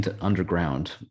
underground